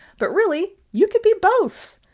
but really, you could be both.